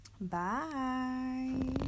Bye